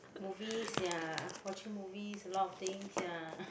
movies ya watching movies a lot of things ya